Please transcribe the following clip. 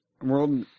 World